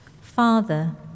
Father